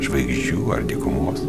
žvaigždžių ar dykumos